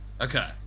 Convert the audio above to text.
Okay